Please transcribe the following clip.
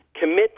commit